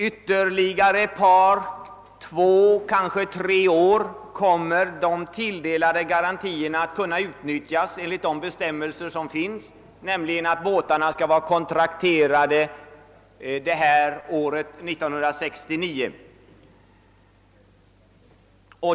Ytterligare två tre år kommer de tilldelade garantierna att kunna utnyttjas enligt bestämmelserna, nämligen att båtarna skall vara kontrakterade 1969.